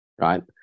right